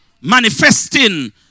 manifesting